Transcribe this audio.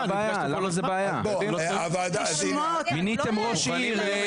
30 יום.